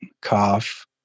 cough